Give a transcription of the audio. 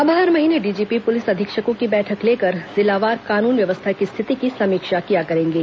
अब हर महीने डीजीपी पुलिस अधीक्षकों की बैठक लेकर जिलावार कानून व्यवस्था की स्थिति की समीक्षा किया करेंगे